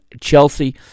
Chelsea